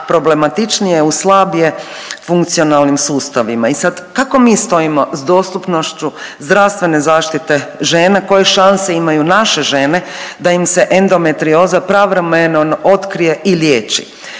problematičnije u slabije funkcionalnim sustavima. I sad kako mi stojimo s dostupnošću zdravstvene zaštite žena, koje šanse imaju naše žene da im se endometrioza pravovremeno otkrije i liječi?